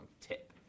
tip